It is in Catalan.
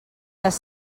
les